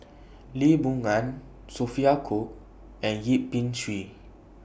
Lee Boon Ngan Sophia Cooke and Yip Pin Xiu